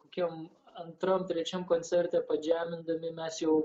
kokiam antram trečiam koncerte padžemindami mes jau